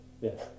yes